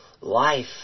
life